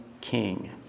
king